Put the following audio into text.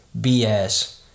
BS